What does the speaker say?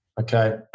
Okay